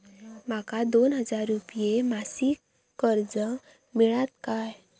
माका दोन हजार रुपये मासिक कर्ज मिळात काय?